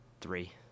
three